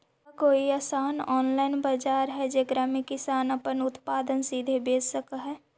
का कोई अइसन ऑनलाइन बाजार हई जेकरा में किसान अपन उत्पादन सीधे बेच सक हई?